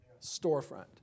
storefront